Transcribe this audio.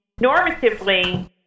normatively